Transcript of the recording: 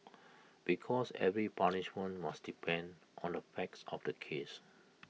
because every punishment must depend on the facts of the case